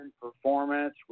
performance